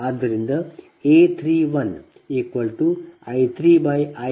ಆದ್ದರಿಂದ A31I3IL7